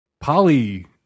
poly